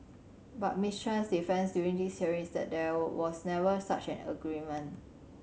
but Miss Chan's defence during this hearing is that there was never such an agreement